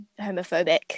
homophobic